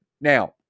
Now